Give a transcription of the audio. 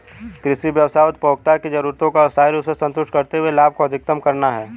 कृषि व्यवसाय उपभोक्ताओं की जरूरतों को स्थायी रूप से संतुष्ट करते हुए लाभ को अधिकतम करना है